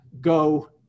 go